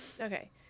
Okay